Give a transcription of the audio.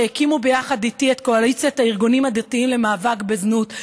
שהקימו ביחד איתי את קואליציית הארגונים הדתיים למאבק בזנות,